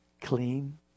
clean